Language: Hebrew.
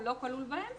הוא לא כלול בהן,